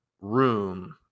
room